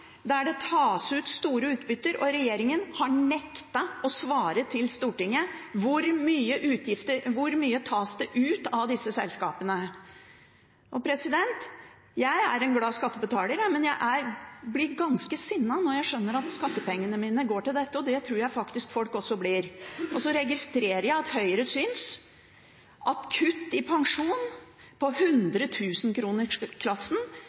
der det tas ut store utbytter, og regjeringen har nektet å svare Stortinget på hvor mye som tas ut av disse selskapene. Jeg er en glad skattebetaler, men jeg blir ganske sinna når jeg skjønner at skattepengene mine går til dette, og det tror jeg faktisk folk blir. Så registrerer jeg at Høyre synes at kutt i